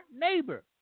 neighbor